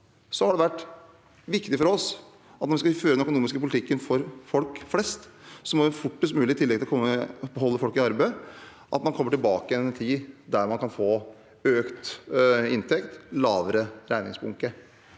Det har vært viktig for oss at skal man føre en økonomisk politikk for folk flest, må man fortest mulig – i tillegg til å holde folk i arbeid – komme tilbake til en tid der man kan få økt inntekt og lavere regningsbunke.